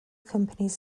companies